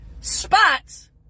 spots